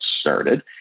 started